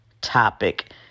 topic